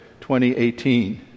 2018